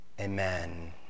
Amen